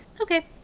Okay